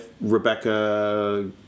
Rebecca